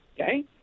okay